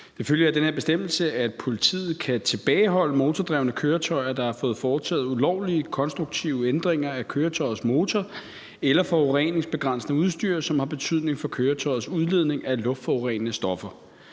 Det følger af den her bestemmelse, at politiet kan tilbageholde motordrevne køretøjer, der har fået foretaget ulovlige konstruktive ændringer af køretøjets motor eller forureningsbegrænsende udstyr, som har betydning for køretøjets udledning af luftforurenende stoffer.